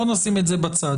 בוא נשים את זה בצד.